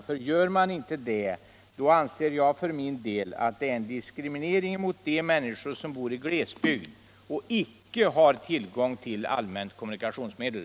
För gör man inte det, då anser jag för min del att det är en diskriminering mot de människor som bor i glesbygd och icke har tillgång till allmänt kommunikationsmedel.